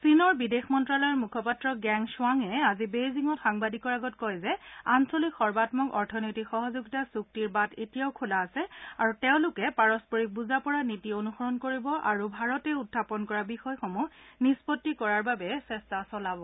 চীনৰ বিদেশ মন্তালয়ৰ মুখপাত্ৰ গেং স্বুৱাঙে আজি বেইজিঙত সাংবাদিকৰ আগত কয় যে আঞ্চলিক সৰ্বামক অৰ্থনৈতিক সহযোগিতা চুক্তিৰ বাট এতিয়াও খোলা আছে আৰু তেওঁলোকে পাৰস্পৰিক বুজাপৰা নীতি অনুসৰণ কৰিব আৰু ভাৰতে উখাপন কৰা বিষয়সমূহ নিস্পতি কৰাৰ বাবে চেষ্টা চলাব